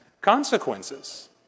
consequences